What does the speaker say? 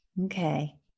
Okay